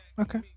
Okay